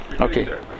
Okay